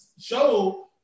show